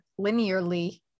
linearly